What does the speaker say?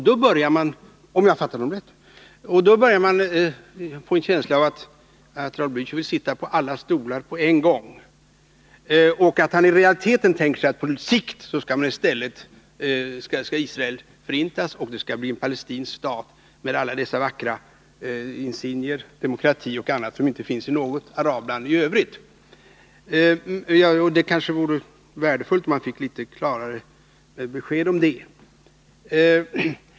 Då börjar man få en känsla av att Raul Blächer vill sitta på alla stolar på en gång och att han i realiteten tänker Nr 36 sig att på sikt skall Israel förintas och det skall bli en palestinsk stat med alla dessa vackra insignier, demokrati och annat, som inte finns i något arabland i övrigt. Det kanske vore värdefullt, om man fick litet klarare besked om detta.